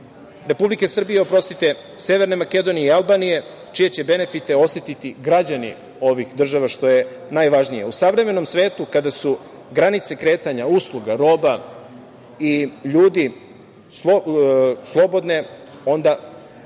Republike Srbije, Severne Makedonije i Albanije, čije će benefite osetiti građani ovih država, što je najvažnije.U savremenom svetu kada su granice kretanja, usluga, roba i ljudi slobodne, onda